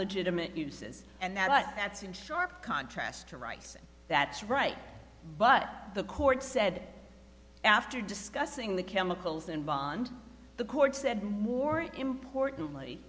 legitimate uses and that but that's in sharp contrast to rice that's right but the court said after discussing the chemicals and bond the court said more importantly